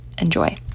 Enjoy